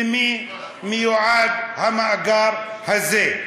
למי מיועד המאגר הזה?